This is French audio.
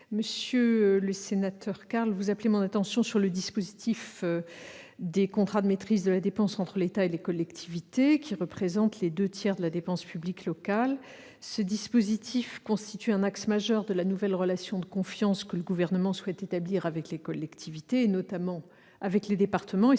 Monsieur le sénateur Carle, vous appelez mon attention sur le dispositif des contrats de maîtrise de la dépense entre l'État et les collectivités, représentant les deux tiers de la dépense publique locale. Ce dispositif constitue un axe majeur de la nouvelle relation de confiance que le Gouvernement souhaite établir avec les collectivités, notamment avec les départements.